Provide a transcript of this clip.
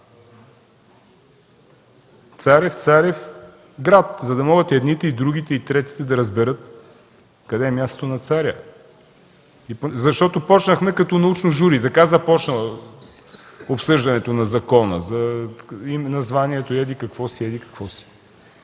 Царев, Царевград, за да могат и едните, и другите, и третите да разберат къде е мястото на царя. Защото почнахме като научно жури: така започва обсъждането на закона – за названието, еди-какво си, еди-какво си.